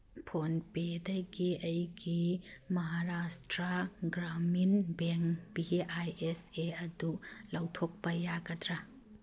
ꯐꯣꯟꯄꯦꯗꯒꯤ ꯑꯩꯒꯤ Maharashtra Gramin bank V I S A ꯑꯗꯨ ꯂꯧꯊꯣꯛꯄ ꯌꯥꯒꯗ꯭ꯔꯥ